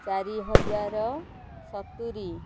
ଚାରି ହଜାର ସତୁରୀ